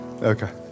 Okay